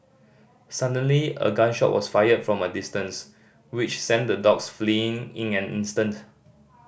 suddenly a gun shot was fired from a distance which sent the dogs fleeing in an instant